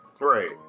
Right